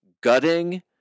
gutting